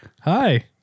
Hi